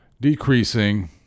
decreasing